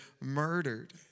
Murdered